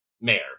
mayor